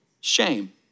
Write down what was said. shame